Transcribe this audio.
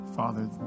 Father